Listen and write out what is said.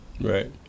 Right